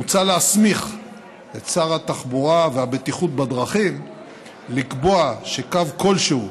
מוצע להסמיך את שר התחבורה והבטיחות בדרכים לקבוע שקו כלשהו